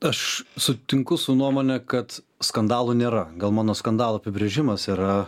aš sutinku su nuomone kad skandalų nėra gal mano skandalo apibrėžimas yra